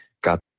Got